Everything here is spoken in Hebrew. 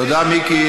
תודה, מיקי.